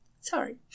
sorry